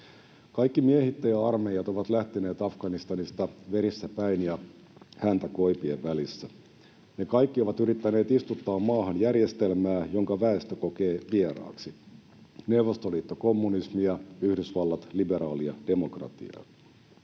Kaikki miehittäjäarmeijat ovat lähteneet Afganistanista verissä päin ja häntä koipien välissä. Ne kaikki ovat yrittäneet istuttaa maahan järjestelmää, jonka väestö kokee vieraaksi: Neuvostoliitto kommunismia, Yhdysvallat liberaalia demokratiaa.